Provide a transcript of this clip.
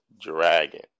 Dragon